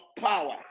power